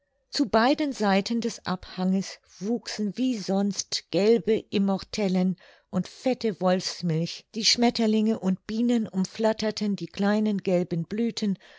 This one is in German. zu beiden seiten des abhanges wuchsen wie sonst gelbe immortellen und fette wolfsmilch die schmetterlinge und bienen umflatterten die kleinen gelben blüthen